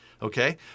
Okay